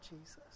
Jesus